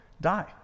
die